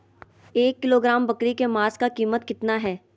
एक किलोग्राम बकरी के मांस का कीमत कितना है?